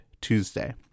Tuesday